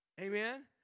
Amen